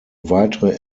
weitere